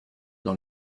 dans